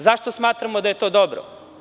Zašto smatramo da je to dobro?